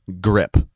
grip